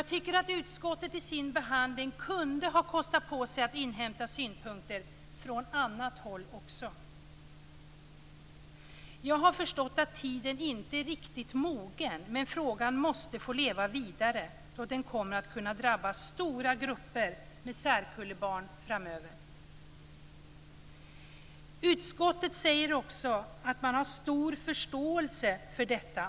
Utskottet kunde vid sin behandling ha kostat på sig att inhämta synpunkter också från annat håll. Jag har förstått att tiden inte riktigt är mogen men frågan måste få leva vidare, för det här kan framöver drabba stora grupper särkullebarn. Utskottet säger att man har stor förståelse för detta.